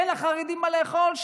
אין לחרדים מה לאכול?